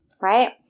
Right